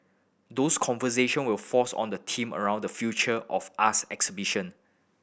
those conversation will force on the theme around the future of us exhibition